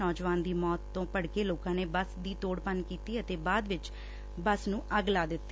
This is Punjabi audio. ਨੌਜਵਾਨ ਦੀ ਮੌਤ ਤੋਂ ਭੜਕੇ ਲੋਕਾਂ ਨੇ ਬੱਸ ਦੀ ਤੋੜ ਭੰਨ ਕੀਤੀ ਤੇ ਬਾਅਦ ਵਿਚ ਬੱਸ ਨੂੰ ਅੱਗ ਲਾ ਦਿੱਤੀ